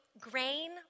grain